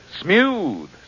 smooth